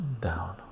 down